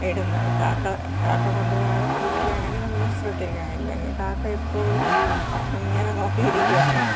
ഇടന്ന് കാക്ക കാക്ക കൊണ്ടുപോകാതെ കൂട്ടിലാണെങ്കിൽ നമ്മൾ ശ്രദ്ധക്കണം ഇല്ലെങ്കിൽ കാക്ക എപ്പോഴും ഇങ്ങനെ നോക്കി ഇരിക്കുവാണ്